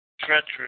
treacherous